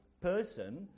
person